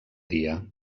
dia